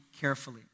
carefully